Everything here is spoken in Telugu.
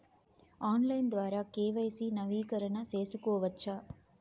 ఆన్లైన్ ద్వారా కె.వై.సి నవీకరణ సేసుకోవచ్చా?